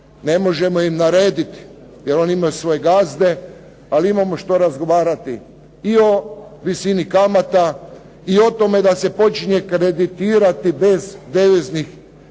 Ne možemo im narediti jer oni imaju svoje gazde, ali imamo što razgovarati i o visini kamata i o tome da se počinje kreditirati bez deviznih klauzula